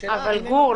השאלה --- גור,